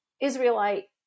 Israelite